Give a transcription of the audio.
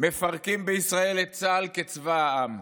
מפרקים בישראל את צה"ל כצבא העם,